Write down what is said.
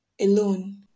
alone